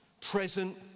present